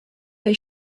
they